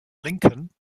lincoln